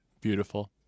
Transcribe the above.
Beautiful